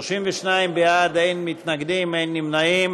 32 בעד, אין מתנגדים, אין נמנעים.